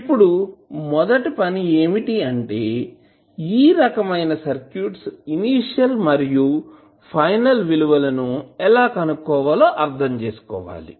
ఇప్పుడు మొదటి పని ఏమిటి అంటే ఈ రకమైన సర్క్యూట్స్ ఇనీషియల్ మరియు ఫైనల్ విలువలని ఎలా కనుక్కోవాలో అర్థం చేసుకోవాలి